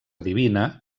divina